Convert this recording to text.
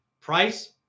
Price